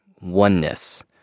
oneness